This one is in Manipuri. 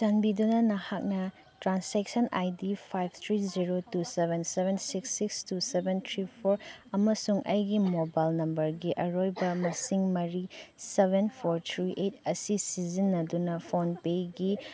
ꯆꯥꯟꯕꯤꯗꯨꯅ ꯅꯍꯥꯛꯅ ꯇ꯭ꯔꯥꯟꯁꯦꯛꯁꯟ ꯑꯥꯏ ꯗꯤ ꯐꯥꯏꯕ three zero two seven seven six six two seven three four ꯑꯃꯁꯨꯡ ꯑꯩꯒꯤ ꯃꯣꯕꯥꯏꯜ ꯅꯝꯕꯔꯒꯤ ꯑꯔꯣꯏꯕ ꯃꯁꯤꯡ ꯃꯔꯤ ꯁꯕꯦꯟ ꯐꯣꯔ ꯊ꯭ꯔꯤ ꯑꯩꯠ ꯑꯁꯤ ꯁꯤꯖꯤꯟꯅꯗꯨꯅ ꯐꯣꯟ ꯄꯦꯒꯤ